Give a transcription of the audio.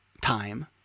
time